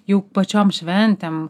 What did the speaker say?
jau pačiom šventėm